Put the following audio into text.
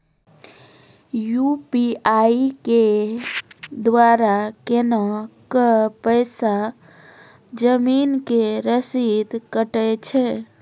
UPI के द्वारा केना कऽ पैसा जमीन के रसीद कटैय छै?